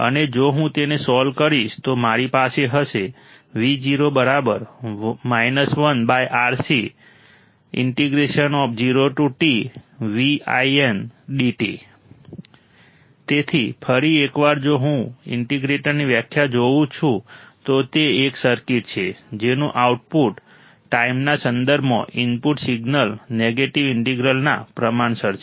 અને જો હું તેને સોલ્વ કરીશ તો મારી પાસે હશે v0 1RC 0tvin dt તેથી ફરી એકવાર જો હું ઇન્ટિગ્રેટરની વ્યાખ્યા જોઉં છું તો તે એક સર્કિટ છે જેનું આઉટપુટ ટાઈમના સંદર્ભમાં ઇનપુટ સિગ્નલ નેગેટિવ ઇન્ટિગ્રલના પ્રમાણસર છે